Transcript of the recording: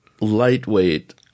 lightweight